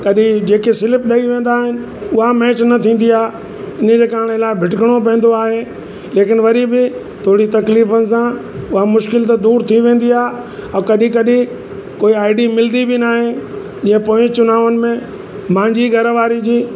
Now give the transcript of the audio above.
कॾहिं जेके स्लिप ॾई वेंदा आहिनि उहा मैच न थींदी आहे इन जे कारण इलाही भिटकणो पेंदो आए लेकिन वरी बी थोड़ी तकलीफ़ुनि सां उहा मुश्किल त दूरि थी वेंदी आहे ऐं कॾहिं कॾहिं कोई आईडी मिलंदी बि न आहे जीअं पोइ चुनावनि में मुंहिंजी घर वारी जी